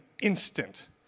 instant